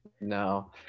No